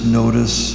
notice